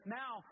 now